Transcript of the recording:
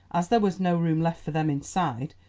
as there was no room left for them inside,